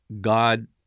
God